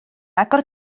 agor